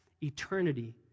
eternity